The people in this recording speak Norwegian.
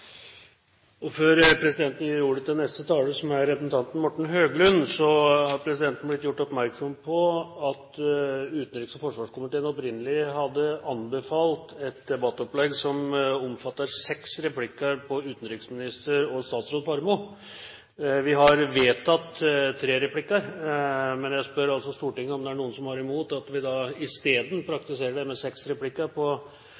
Før presidenten gir ordet til neste taler, som er representanten Morgen Høglund, vil presidenten opplyse om at han er blitt gjort oppmerksom på at utenriks- og forsvarskomiteen opprinnelig hadde anbefalt et debattopplegg som omfatter seks replikker etter innleggene fra utenriksminister Jonas Gahr Støre og statsråd Grete Faremo. Vi har vedtatt at det skal være tre replikker. Men presidenten spør altså Stortinget om det er noen som har noe imot at vi